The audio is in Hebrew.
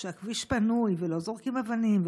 כשהכביש פנוי ולא זורקים אבנים,